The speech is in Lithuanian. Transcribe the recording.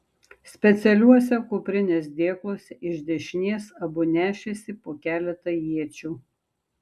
specialiuose kuprinės dėkluose iš dešinės abu nešėsi po keletą iečių